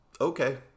Okay